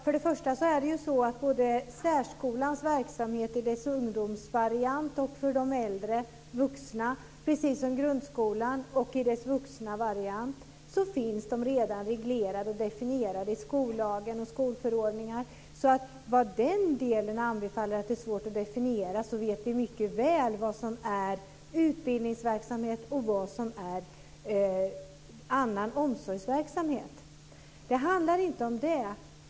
Herr talman! Särskolans verksamhet och dess ungdomsvariant och varianten för de äldre vuxna, precis som grundskolan och dess vuxenvariant, finns redan reglerade och definierade i skollagen och skolförordningar. Så vad den delen anbefaller när det gäller att det är svårt att definiera vet vi mycket väl vad som är utbildningsverksamhet och vad som är omsorgsverksamhet. Det handlar inte om det.